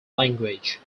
language